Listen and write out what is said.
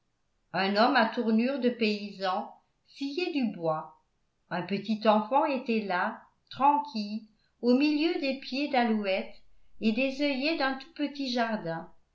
un homme à tournure de paysan sciait du bois un petit enfant était là tranquille au milieu des pieds d'alouettes et des œillets d'un tout petit jardin